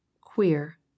Queer